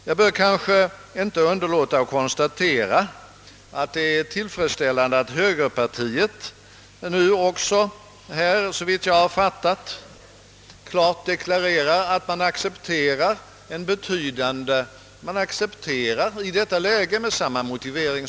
Jag bör kanske inte underlåta att konstatera, att jag finner det tillfredsställande att högerpartiet nu också, såvitt jag förstår, klart deklarerat att man — med samma motivering som vi har — i detta läge accepterar en skattehöjning.